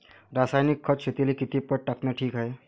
रासायनिक खत शेतीले किती पट टाकनं ठीक हाये?